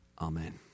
Amen